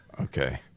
okay